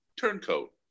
Turncoat